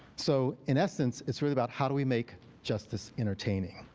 so in essence, it's really about how do we make justice entertaining.